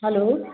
hello